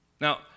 Now